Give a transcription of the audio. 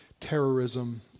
terrorism